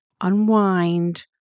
unwind